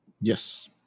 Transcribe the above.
Yes